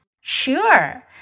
Sure